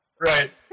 right